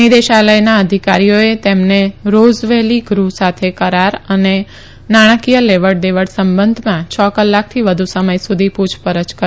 નિદેશાલયના અધિકારીઓએ તેમને Rose Valley ગૃહ સાથે કરાર અને નાણાંકીય લેવડ દેવડ સંબંધમાં છ કલાકથી વધુ સમય સુધી પૂછપરછ કરી